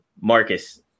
Marcus